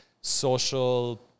social